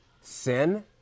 sin